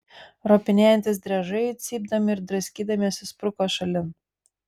ropinėjantys driežai cypdami ir draskydamiesi spruko šalin